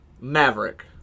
Maverick